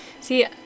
See